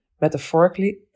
metaphorically